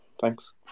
Thanks